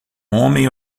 homem